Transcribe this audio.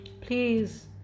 please